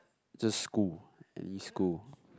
just school any school